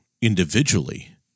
individually